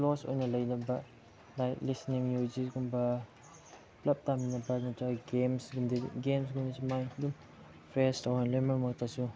close ꯑꯣꯏꯅ ꯂꯩꯅꯕ like listening music ꯀꯨꯝꯕ ꯄꯨꯂꯞ ꯇꯝꯃꯤꯟꯅꯕ ꯅꯠꯇ꯭ꯔꯒ ꯒꯦꯝꯁ ꯀꯨꯝꯕꯗꯁꯨ ꯃꯥꯒꯤ ꯑꯗꯨꯝ ꯐ꯭ꯔꯦꯁ ꯇꯧꯍꯜꯂꯦ ꯃꯔꯛ ꯃꯔꯛꯇꯁꯨ